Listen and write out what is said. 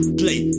play